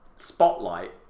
spotlight